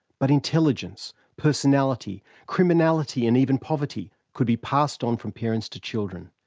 but intelligence, personality, criminality and even poverty, could be passed on from parents to children.